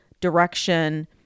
direction